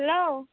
hello